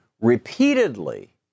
repeatedly